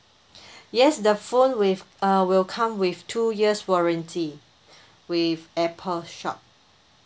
yes the phone with uh will come with two years warranty with apple shop